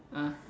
ah